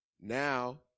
now